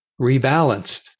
rebalanced